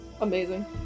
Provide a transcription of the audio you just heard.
Amazing